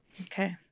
Okay